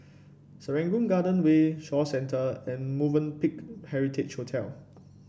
Serangoon Garden Way Shaw Centre and Movenpick Heritage Hotel